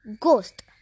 Ghost